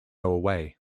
away